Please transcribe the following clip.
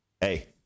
hey